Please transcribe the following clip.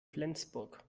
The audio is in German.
flensburg